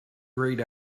grayed